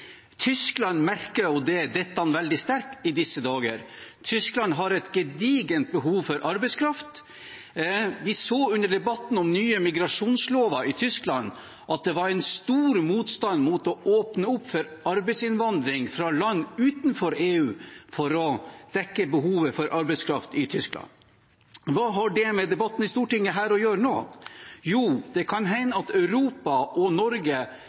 disse dager. Tyskland har et gedigent behov for arbeidskraft. Vi så under debatten om nye migrasjonslover i Tyskland at det var en stor motstand mot å åpne opp for arbeidsinnvandring fra land utenfor EU for å dekke behovet for arbeidskraft i Tyskland. Hva har det med debatten her i Stortinget å gjøre nå? Jo, det kan hende at Europa og Norge